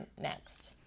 next